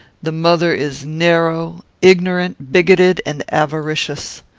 the mother is narrow, ignorant, bigoted, and avaricious.